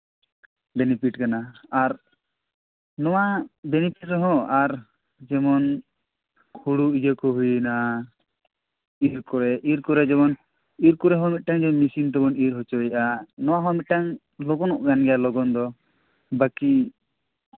benefit ᱠᱟᱱᱟ ᱟᱨ ᱱᱚᱣᱟ ᱵᱮᱱᱤᱯᱷᱤᱴ ᱨᱮᱦᱚᱸ ᱟᱨ ᱡᱮᱢᱚᱱ ᱦᱳᱲᱳ ᱤᱭᱟᱹ ᱠᱚ ᱦᱩᱭᱮᱱᱟ ᱤᱨ ᱠᱚᱨᱮ ᱡᱮᱢᱚᱱ ᱤᱨ ᱠᱚᱨᱮ ᱦᱚᱸ ᱢᱤᱫᱴᱟᱝ ᱢᱮᱥᱤᱱ ᱛᱮᱵᱚᱱ ᱤᱨ ᱦᱚᱪᱚᱭᱮᱜᱼᱟ ᱱᱚᱣᱟ ᱦᱚᱸ ᱢᱤᱫᱴᱟᱝ ᱞᱚᱜᱚᱱᱚᱜ ᱠᱟᱱ ᱜᱮᱭᱟ ᱞᱚᱜᱚᱱ ᱫᱚ ᱵᱟᱹᱠᱤ